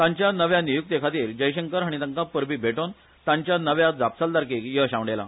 तांच्या नव्या नेमण्के खातीर जयशंकर हांणी तांकां परबीं भेटोवन तांच्या नव्या जापसालदारकेक येस आंवडेला